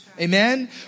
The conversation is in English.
Amen